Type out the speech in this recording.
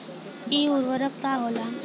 इ उर्वरक का होला?